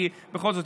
בכל זאת,